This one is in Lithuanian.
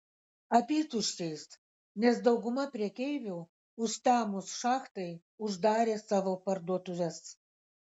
apytuščiais nes dauguma prekeivių užtemus šachtai uždarė savo parduotuves